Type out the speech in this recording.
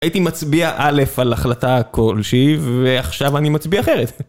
הייתי מצביע א' על החלטה כל שהיא, ועכשיו אני מצביע אחרת.